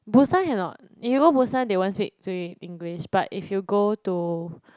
Busan cannot if you go Busan they won't speak to you in English but if you go to